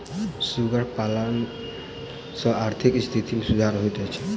सुगर पालन सॅ आर्थिक स्थिति मे सुधार होइत छै